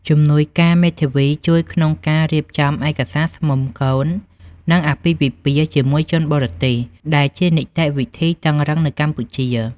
ជំនួយការមេធាវីជួយក្នុងការរៀបចំឯកសារស្មុំកូន និងអាពាហ៍ពិពាហ៍ជាមួយជនបរទេស ដែលជានីតិវិធីតឹងរ៉ឹងនៅកម្ពុជា។